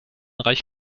reich